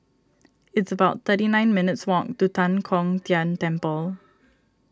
it's about thirty nine minutes' walk to Tan Kong Tian Temple